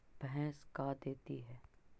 भैंस का देती है?